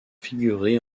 figuré